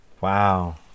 wow